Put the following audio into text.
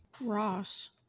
Ross